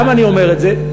למה אני אומר את זה?